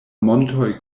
montoj